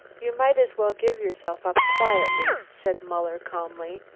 you might as well give yourself up quietly, said muller calmly,